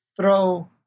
throw